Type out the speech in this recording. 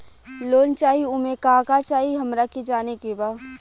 Loan चाही उमे का का चाही हमरा के जाने के बा?